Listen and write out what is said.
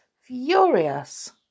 furious